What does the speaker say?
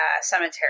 cemetery